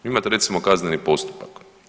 Imate recimo kazneni postupak.